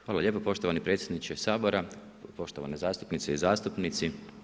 Hvala lijepa poštovani predsjedniče Sabora, poštovane zastupnice i zastupnici.